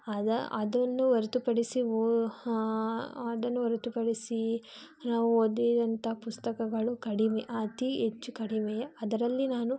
ಅದು ಅದನ್ನು ಹೊರತುಪಡಿಸಿ ಓ ಅದನ್ನು ಹೊರತುಪಡಿಸಿ ನಾವು ಓದಿದಂಥ ಪುಸ್ತಕಗಳು ಕಡಿಮೆ ಅತಿ ಹೆಚ್ಚು ಕಡಿಮೆಯೇ ಅದರಲ್ಲಿ ನಾನು